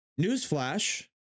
Newsflash